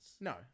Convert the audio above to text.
No